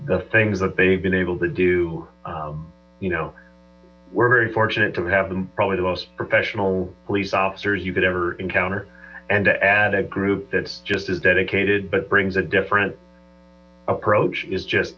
the things that they've been able to do you know we're very fortunate to have them probably the most professional police officers you could ever encounter and to add a group that's just dedicated but brings a different approach is just